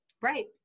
Right